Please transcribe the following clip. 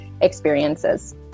experiences